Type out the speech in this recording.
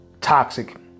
toxic